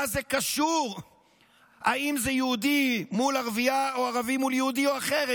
מה זה קשור אם זה יהודי מול ערבייה או ערבי מול יהודייה או אחרת?